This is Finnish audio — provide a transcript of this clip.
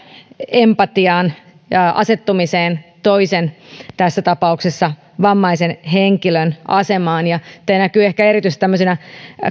empatiaan ja asettumiseen toisen tässä tapauksessa vammaisen henkilön asemaan ja tämä näkyy ehkä erityisesti tämmöisenä